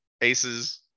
Aces-